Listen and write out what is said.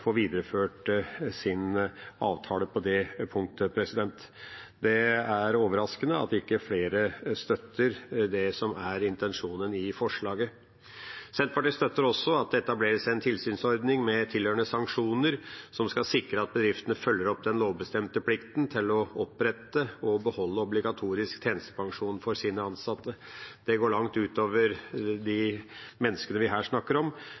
få videreført sin avtale på det punktet. Det er overraskende at ikke flere støtter det som er intensjonen i forslaget. Senterpartiet støtter også at det etableres en tilsynsordning med tilhørende sanksjoner som skal sikre at bedriftene følger opp den lovbestemte plikten til å opprette og beholde obligatorisk tjenestepensjon for sine ansatte. Det går langt utover de menneskene vi her snakker om,